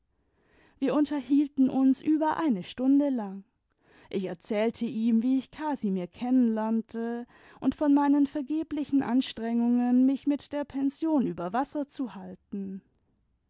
wir unterhielten uns über eine stunde lang ich erzählte ihm wie ich casimir kennen lernte und von meinen vergeblichen anstrengungen mich mit der pension über wasser zu halten